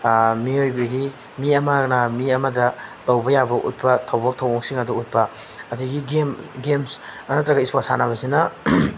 ꯃꯤꯑꯣꯏꯕꯒꯤ ꯃꯤ ꯑꯃꯅ ꯃꯤ ꯑꯃꯗ ꯇꯧꯕ ꯌꯥꯕ ꯎꯠꯄ ꯊꯕꯛ ꯊꯧꯑꯣꯡꯁꯤꯡ ꯑꯗꯨ ꯎꯠꯄ ꯑꯗꯒꯤ ꯒꯦꯝꯁ ꯒꯦꯝꯁ ꯑꯗꯨ ꯅꯠꯇ꯭ꯔꯒ ꯏꯁꯄꯣꯔꯠ ꯁꯥꯟꯅꯕꯁꯤꯅ